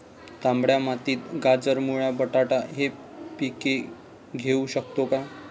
तांबड्या मातीत गाजर, मुळा, बटाटा हि पिके घेऊ शकतो का?